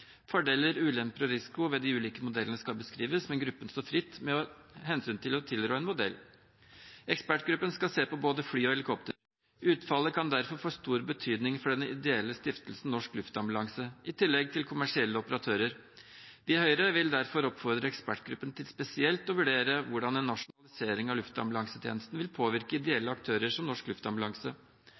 Fordeler, ulemper og risiko ved de ulike modellene skal beskrives, men gruppen står fritt med hensyn til å tilrå en modell. Ekspertgruppen skal se på både fly og helikopter. Utfallet kan derfor få stor betydning for den ideelle stiftelsen Norsk Luftambulanse, i tillegg til kommersielle operatører. Vi i Høyre vil derfor oppfordre ekspertgruppen til spesielt å vurdere hvordan en norsk organisering av luftambulansetjenesten vil påvirke ideelle aktører som Norsk Luftambulanse.